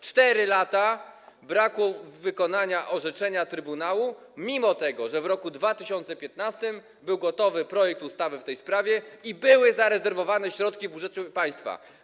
4 lata - brak wykonania orzeczenia trybunału, mimo że w roku 2015 był gotowy projekt ustawy w tej sprawie i były zarezerwowane środki w budżecie państwa.